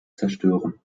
zerstören